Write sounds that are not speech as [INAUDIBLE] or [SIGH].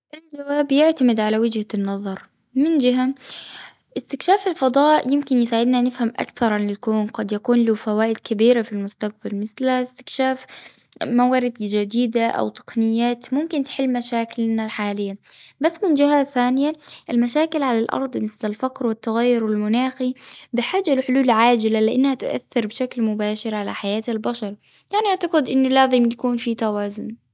الجواب يعتمد على وجهة النظر. من جهة، [HESITATION] استكشاف الفضاء، يمكن يساعدنا نفهم أكثر عن الكون. قد يكون له فوائد كبيرة في المستقبل، مثل استكشاف [HESITATION] موارد جديدة، أو تقنيات ممكن تحل مشاكلنا الحالية. [NOISE] بس من جهة ثانية، المشاكل على الأرض، مثل الفقر والتغير المناخي، بحاجة لحلول عاجلة، لأنها تؤثر بشكل مباشر على حياة البشر. يعني أعتقد أنه لازم تكون في توازن.